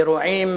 אירועים